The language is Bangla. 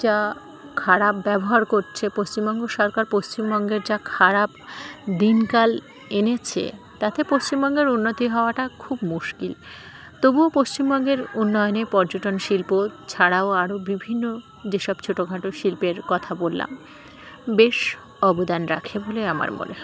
যা খারাপ ব্যবহার করছে পশ্চিমবঙ্গ সরকার পশ্চিমবঙ্গের যা খারাপ দিনকাল এনেছে তাতে পশ্চিমবঙ্গের উন্নতি হওয়াটা খুব মুশকিল তবুও পশ্চিমবঙ্গের উন্নয়নে পর্যটন শিল্প ছাড়াও আরও বিভিন্ন যেসব ছোটোখাটো শিল্পের কথা বললাম বেশ অবদান রাখে বলে আমার মনে হয়